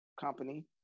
company